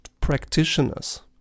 practitioners